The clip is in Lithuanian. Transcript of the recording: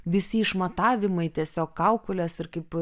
visi išmatavimai tiesiog kaukolės ir kaip